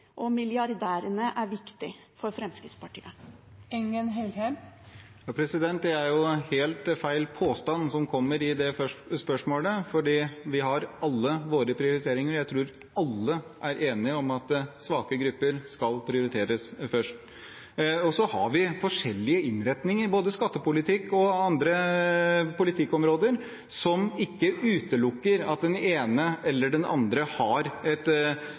og milliardærene er viktige for Fremskrittspartiet? Det er en helt feil påstand som kommer i spørsmålet. Vi har alle våre prioriteringer, og jeg tror alle er enige om at svake grupper skal prioriteres først. Så har vi forskjellige innretninger, både i skattepolitikken og på andre politikkområder, som ikke utelukker at den ene eller den andre har et